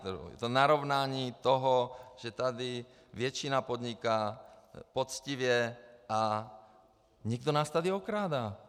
Je to narovnání toho, že tady většina podniká poctivě a někdo nás tady okrádá.